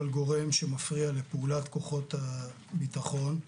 כל גורם שמפריע לפעולת כוחות הביטחון,